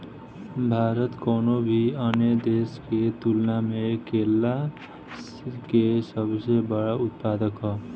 भारत कउनों भी अन्य देश के तुलना में केला के सबसे बड़ उत्पादक ह